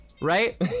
Right